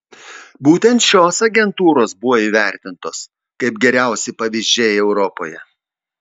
būtent šios agentūros buvo įvertintos kaip geriausi pavyzdžiai europoje